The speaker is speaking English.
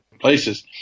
places